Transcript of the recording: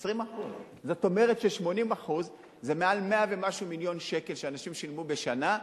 20%. זאת אומרת ש-80% זה מעל 100 ומשהו מיליון שקל שאנשים שילמו בשנה,